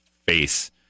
face